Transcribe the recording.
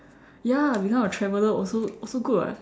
ya become a traveler also also good [what]